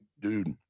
Dude